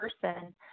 person